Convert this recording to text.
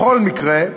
בכל מקרה,